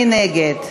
מי נגד?